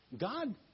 God